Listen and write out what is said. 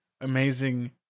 amazing